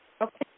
Okay